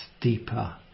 deeper